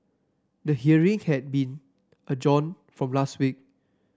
the hearing had been adjourned from last week